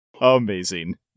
Amazing